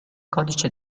codice